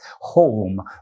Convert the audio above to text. home